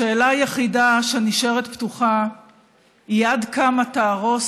השאלה היחידה שנשארת פתוחה היא עד כמה תהרוס